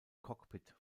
cockpit